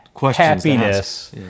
happiness